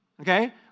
Okay